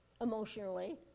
emotionally